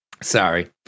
Sorry